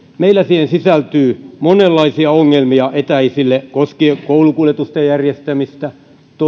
meillä siihen sisältyy monenlaisia ongelmia etäisille koskien koulukuljetusten järjestämistä